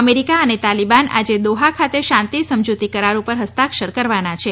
America અને તાલીબાન આજે Doha ખાતે શાંતી સમજુતી કરાર પર હસ્તાક્ષર કરવાના છે